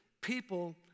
people